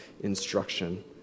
Instruction